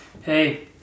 Hey